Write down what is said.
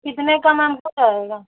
कितने का मैम हो जायगा